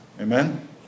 Amen